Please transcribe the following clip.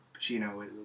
Pacino